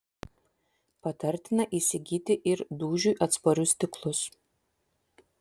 patartina įsigyti ir dūžiui atsparius stiklus